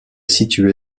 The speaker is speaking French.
situé